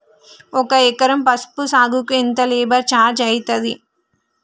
ఒక ఎకరం పసుపు సాగుకు ఎంత లేబర్ ఛార్జ్ అయితది?